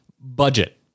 budget